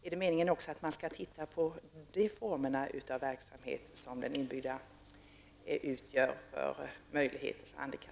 Är det meningen att också den verksamheten skall ingå i översynen?